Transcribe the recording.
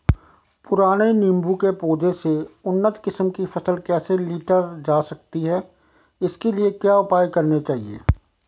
पुराने नीबूं के पौधें से उन्नत किस्म की फसल कैसे लीटर जा सकती है इसके लिए क्या उपाय करने चाहिए?